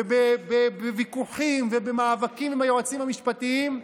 בוויכוחים ובמאבקים עם היועצים המשפטיים,